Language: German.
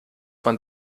man